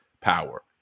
power